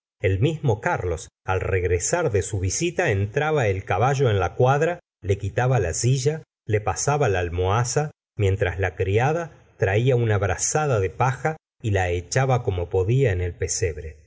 el mismo carlos al regresar de su visita entraba el caballo en la cuadra le quitaba la silla le pasaba la almohaza mientras la criada traía una brazada de paja y la echaba como podía en el pesebre